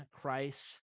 Christ